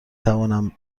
توانم